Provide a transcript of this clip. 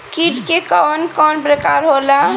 कीट के कवन कवन प्रकार होला?